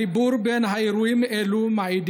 החיבור בין אירועים אלו מעיד